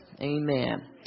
Amen